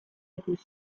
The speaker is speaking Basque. ikusi